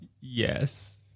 Yes